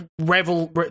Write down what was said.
revel